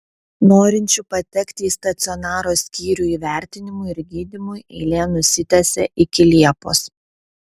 norinčių patekti į stacionaro skyrių įvertinimui ir gydymui eilė nusitęsė iki liepos